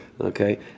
Okay